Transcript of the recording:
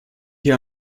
hier